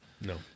No